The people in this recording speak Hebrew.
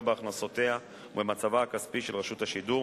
בהכנסותיה ובמצבה הכספי של רשות השידור,